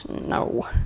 No